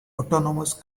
autonomous